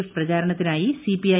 F പ്രചാരണത്തിനായി CPI